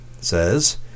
says